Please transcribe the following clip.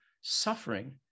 suffering